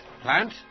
Plant